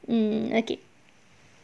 um okay